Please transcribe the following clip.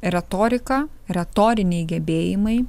retorika retoriniai gebėjimai